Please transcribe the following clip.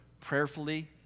prayerfully